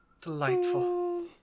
Delightful